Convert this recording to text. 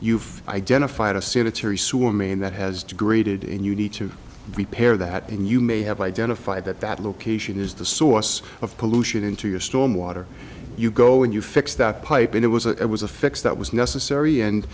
you've identified a sanitary sewer main that has degraded and you need to repair that and you may have identified that that location is the source of pollution into your storm water you go in you fix that pipe and it was a was a fix that was necessary and